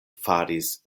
faris